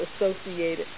associated